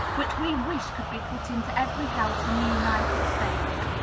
which we wish could be put into every house in the united states.